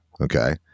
Okay